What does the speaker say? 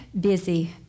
busy